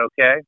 okay